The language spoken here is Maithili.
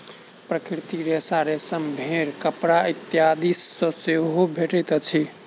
प्राकृतिक रेशा रेशम, भेंड़, मकड़ा इत्यादि सॅ सेहो भेटैत अछि